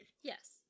Yes